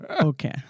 Okay